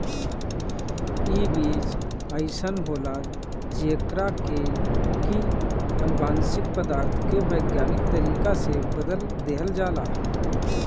इ बीज अइसन होला जेकरा के की अनुवांशिक पदार्थ के वैज्ञानिक तरीका से बदल देहल जाला